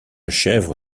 chèvre